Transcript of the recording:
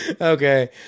Okay